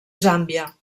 zàmbia